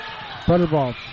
Butterball